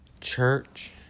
church